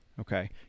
okay